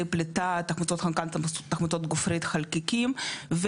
פליטה תחמוצת חנקן תחמוצות גופרית חלקיקים,